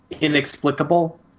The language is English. inexplicable